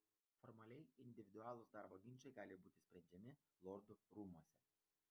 formaliai individualūs darbo ginčai gali būti sprendžiami lordų rūmuose